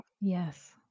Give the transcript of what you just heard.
Yes